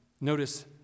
Notice